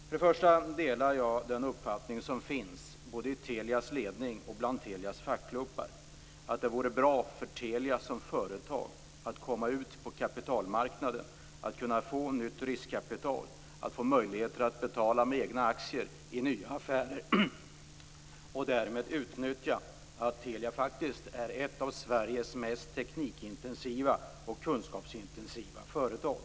Först och främst delar jag den uppfattning som finns både i Telias ledning och i Telias fackklubbar att det vore bra för Telia som företag att komma ut på kapitalmarknaden, att kunna få nytt riskkapital, att få möjlighet att betala med egna aktier i nya affärer och därmed utnyttja att Telia är ett av Sveriges mest teknik och kunskapsintensiva företag.